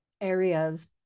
areas